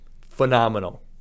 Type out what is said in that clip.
phenomenal